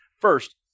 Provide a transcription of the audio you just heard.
First